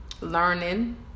learning